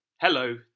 Hello